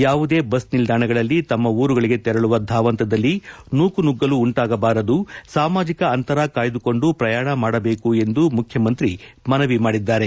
ಯಾವುದೇ ಬಸ್ ನಿಲ್ದಾಣಗಳಲ್ಲಿ ತಮ್ಮ ಊರುಗಳಿಗೆ ತೆರಳುವ ಧಾವಂತದಲ್ಲಿ ನೂಕು ನುಗ್ಗಲು ಉಂಟಾಗಬಾರದು ಸಾಮಾಜಿಕ ಅಂತರ ಕಾಯ್ದುಕೊಂಡು ಪ್ರಯಾಣ ಮಾಡಬೇಕು ಎಂದು ಮುಖ್ಯಮಂತ್ರಿ ಮನವಿ ಮಾಡಿದ್ದಾರೆ